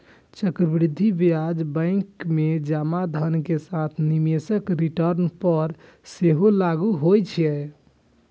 चक्रवृद्धि ब्याज बैंक मे जमा धन के साथ निवेशक रिटर्न पर सेहो लागू होइ छै